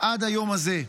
עד היום הזה.